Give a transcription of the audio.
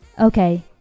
Okay